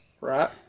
right